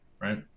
right